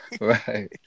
right